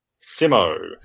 Simo